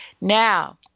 Now